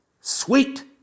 sweet